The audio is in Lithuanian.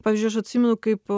pavyzdžiui aš atsimenu kaip